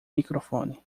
microfone